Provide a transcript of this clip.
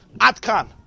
atkan